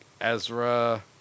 Ezra